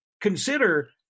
consider